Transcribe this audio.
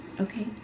Okay